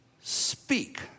speak